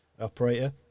operator